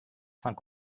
cinq